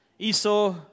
Esau